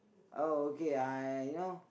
oh okay I you know